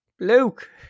Luke